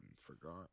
forgot